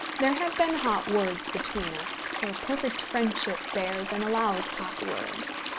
there have been hot words between us, for perfect friendship bears and allows hot words.